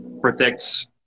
protects